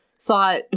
thought